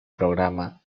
programa